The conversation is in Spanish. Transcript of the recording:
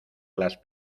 las